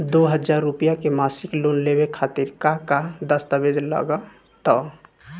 दो हज़ार रुपया के मासिक लोन लेवे खातिर का का दस्तावेजऽ लग त?